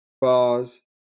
bars